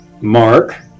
Mark